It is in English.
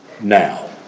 now